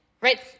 right